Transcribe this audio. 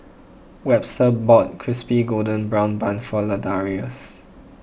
Webster bought Crispy Golden Brown Bun for Ladarius